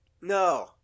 No